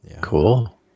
Cool